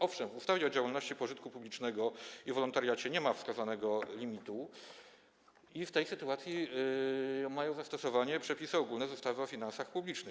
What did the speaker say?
Owszem, w ustawie o działalności pożytku publicznego i wolontariacie nie ma wskazanego limitu i w tej sytuacji mają zastosowanie przepisy ogólne ustawy o finansach publicznych.